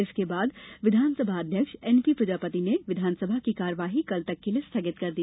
इसके बाद विधानसभा अध्यक्ष एनपी प्रजापति ने विधानसभा की कार्यवाही कल तक के लिये स्थगित कर दी